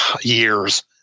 years